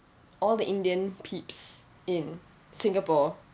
all the indian people in singapore